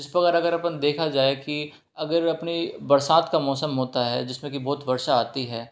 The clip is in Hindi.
जिस प्रकार अगर अपन देखा जाए कि अगर अपनी बरसात का मौसम होता है जिसमें कि बहुत वर्षा आती है